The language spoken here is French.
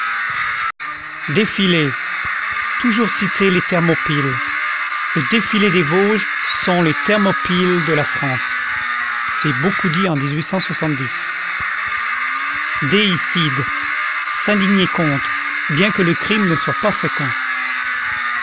défilé toujours citer les thermopyles le défilé des vosges sont les thermopyles de la france déicide s'indigner contre bien que le crime ne soit pas fréquent